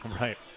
right